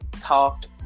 Talked